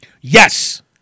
Yes